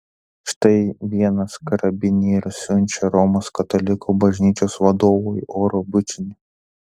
štai vienas karabinierius siunčia romos katalikų bažnyčios vadovui oro bučinį